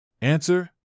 Answer